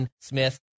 Smith